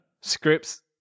Scripts